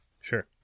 Sure